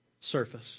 surface